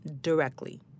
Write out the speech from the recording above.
directly